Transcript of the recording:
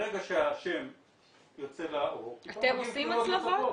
ברגע שהשם יוצא לאור --- אתם עושים הצלבות?